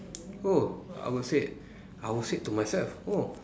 oh I would say I would say to myself oh